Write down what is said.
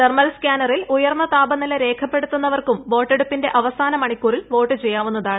thermal സ്കാനറിൽ ഉയർന്ന താപനില രേഖപ്പെടുത്തുന്നവർക്കും വോട്ടെടുപ്പിന്റെ അവസാന മണിക്കൂറിൽ വോട്ട് ചെയ്യാവുന്നതാണ്